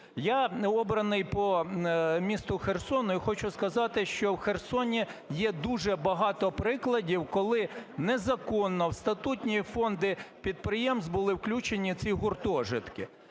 Я обраний по місту Херсону. І хочу сказати, що в Херсоні є дуже багато прикладів, коли незаконно в статутні фонди підприємств були включені ці гуртожитки.